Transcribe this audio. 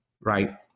right